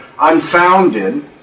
unfounded